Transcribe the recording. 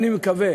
אני מקווה